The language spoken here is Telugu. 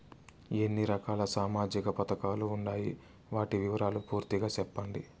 ఎన్ని రకాల సామాజిక పథకాలు ఉండాయి? వాటి వివరాలు పూర్తిగా సెప్పండి?